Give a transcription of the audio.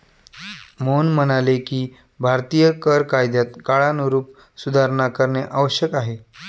मोहन म्हणाले की भारतीय कर कायद्यात काळानुरूप सुधारणा करणे आवश्यक आहे